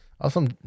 Awesome